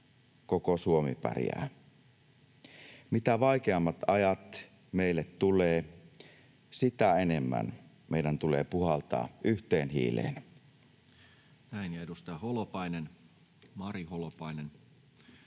koko Suomi pärjää. Mitä vaikeammat ajat meille tulevat, sitä enemmän meidän tulee puhaltaa yhteen hiileen. [Speech 205] Speaker: Toinen